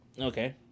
Okay